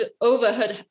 overheard